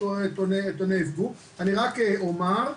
אני רק אומר,